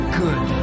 good